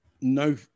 no